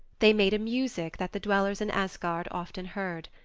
they made a music that the dwellers in asgard often heard.